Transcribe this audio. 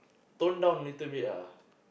tone down a little bit